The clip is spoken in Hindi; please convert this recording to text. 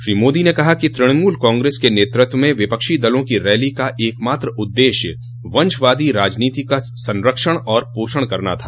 श्री मोदी ने कहा कि तूणमूल कांग्रेस के नेतृत्व में विपक्षी दलों की रैली का एकमात्र उद्देश्य वंशवादी राजनीति का संरक्षण और पोषण करना था